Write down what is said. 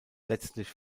letztlich